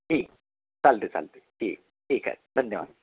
ठीक चालते चालते ठीक ठीक आहे धन्यवाद